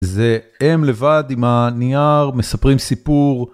זה הם לבד עם הנייר מספרים סיפור.